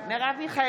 בעד יוליה מלינובסקי,